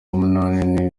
munani